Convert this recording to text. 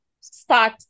start